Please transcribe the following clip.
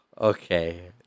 okay